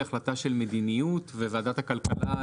היא החלטה של מדיניות וועדת הכלכלה,